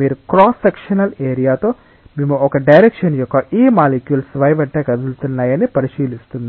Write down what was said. మీరు cross sectional ఏరియాతో మేము ఒక డైరెక్షన్ యొక్క ఈ మాలిక్యుల్స్ y వెంట కదులుతున్నాయని పరిశీలిస్తున్నాయి